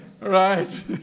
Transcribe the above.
Right